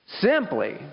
simply